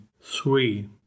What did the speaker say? three